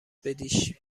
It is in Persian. بدیش